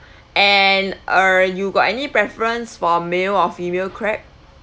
and err you got any preference for male or female crab